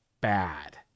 bad